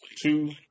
two